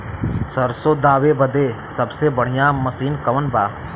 सरसों दावे बदे सबसे बढ़ियां मसिन कवन बा?